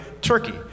Turkey